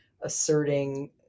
asserting